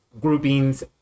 groupings